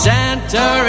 Santa